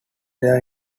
their